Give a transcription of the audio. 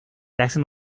jackson